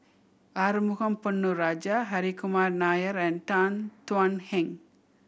Arumugam Ponnu Rajah Hri Kumar Nair and Tan Thuan Heng